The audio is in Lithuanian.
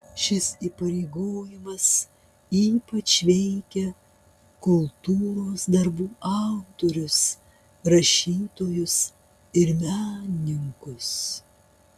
šis įpareigojimas ypač veikia kultūros darbų autorius rašytojus ir menininkus